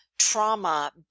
trauma